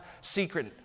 secret